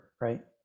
right